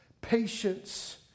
patience